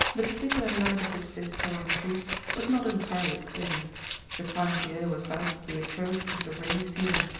the particular night of which this story treats was not entirely clear the time of year was about the approach of the rainy season,